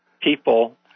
people